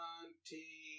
twenty